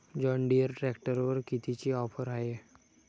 John Deere ट्रॅक्टरवर कितीची offer हाये?